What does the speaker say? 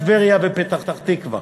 טבריה ופתח-תקווה.